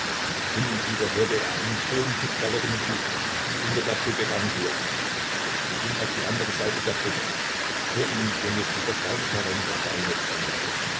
hin und wieder hörte er einen schrillen pfiff der lokomotive die unter der brücke rangierte er ging auf die andere seite der brücke vor ihm dehnte sich das weite terrain der